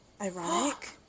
Ironic